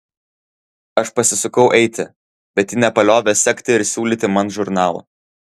aš pasisukau eiti bet ji nepaliovė sekti ir siūlyti man žurnalo